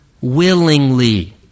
willingly